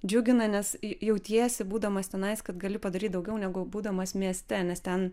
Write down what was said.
džiugina nes jautiesi būdamas tenais kad gali padaryt daugiau negu būdamas mieste nes ten